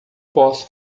posso